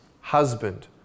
husband